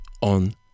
on